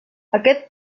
aquest